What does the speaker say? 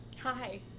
Hi